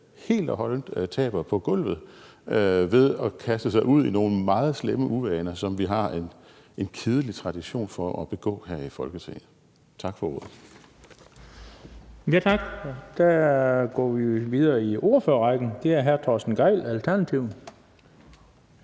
helt og holdent taber på gulvet ved at kaste sig ud i nogle meget slemme uvaner, som vi har en kedelig tradition for at have her i Folketinget. Tak for ordet. Kl. 11:06 Den fg. formand (Bent Bøgsted): Tak. Så går vi videre i ordførerrækken, og det er hr. Torsten Gejl, Alternativet.